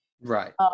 right